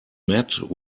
mat